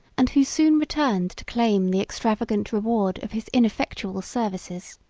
and who soon returned to claim the extravagant reward of his ineffectual services.